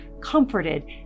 comforted